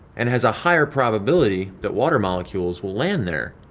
and has a higher probability that water molecules will land there.